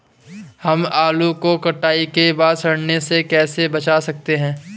हम आलू को कटाई के बाद सड़ने से कैसे बचा सकते हैं?